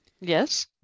yes